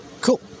cool